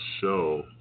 show